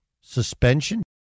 suspension